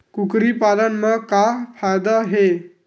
कुकरी पालन म का फ़ायदा हे?